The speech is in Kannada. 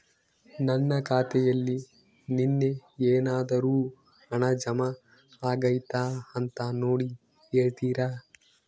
ನನ್ನ ಖಾತೆಯಲ್ಲಿ ನಿನ್ನೆ ಏನಾದರೂ ಹಣ ಜಮಾ ಆಗೈತಾ ಅಂತ ನೋಡಿ ಹೇಳ್ತೇರಾ?